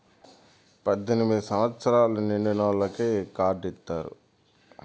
పద్దెనిమిది సంవచ్చరాలు నిండినోళ్ళకి ఈ కార్డు ఇత్తారు